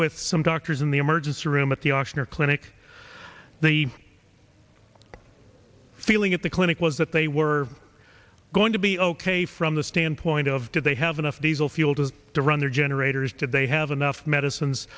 with some doctors in the emergency room at the auction or clinic the feeling at the clinic was that they were going to be ok from the standpoint of did they have enough diesel fuel to to run their generators did they have enough medicines